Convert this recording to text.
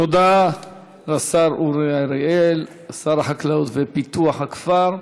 תודה לשר אורי אריאל, שר החקלאות ופיתוח הכפר.